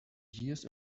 years